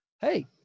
Hey